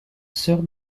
sœur